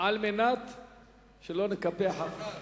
על מנת שלא נקפח אף אחד.